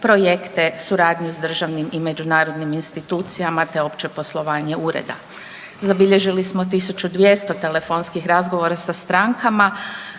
projekte, suradnje s državnim i međunarodnim institucijama te opće poslovanje Ureda. Zabilježili smo 1200 telefonskih razgovora sa strankama,